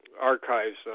archives